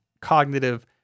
cognitive